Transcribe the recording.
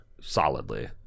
solidly